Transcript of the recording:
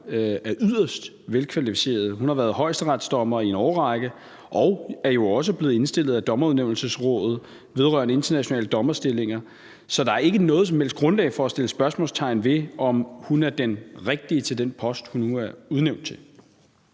er yderst velkvalificeret. Hun har været højesteretsdommer i en årrække og er jo også blevet indstillet af Dommerudnævnelsesrådet vedrørende internationale dommerstillinger mv., så der er ikke noget som helst grundlag for at sætte spørgsmålstegn ved, om hun er den rigtige til den post, hun nu er udnævnt til.